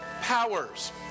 powers